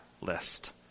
list